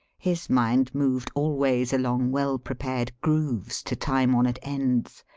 his mind moved always along well-prepared grooves to time-honoured ends.